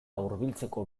hurbiltzeko